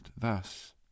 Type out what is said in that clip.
thus